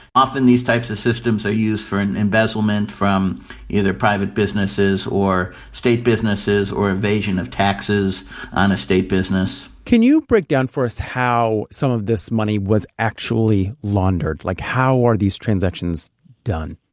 often these types of systems are used for and embezzlement from either private businesses or state businesses or evasion of taxes on a state business can you break down for us how some of this money was actually laundered? like how are these transactions done?